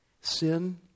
sin